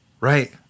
Right